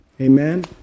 Amen